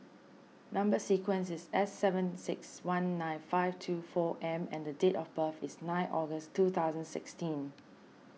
Number Sequence is S seven six one nine five two four M and the date of birth is nine August two thousand sixteen